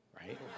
right